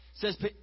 says